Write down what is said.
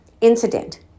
incident